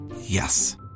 Yes